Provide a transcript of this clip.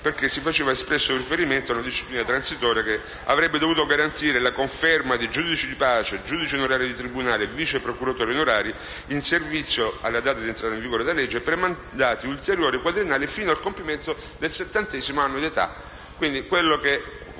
faceva infatti espresso riferimento ad una disciplina transitoria che avrebbe dovuto garantire la conferma dei giudici di pace, dei giudici onorari di tribunale e dei vice procuratori onorari in servizio alla data di entrata in vigore della legge per mandati ulteriori quadriennali fino al compimento del settantesimo anno di età.